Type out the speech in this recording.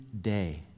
day